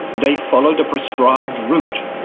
they followed a prescribed route,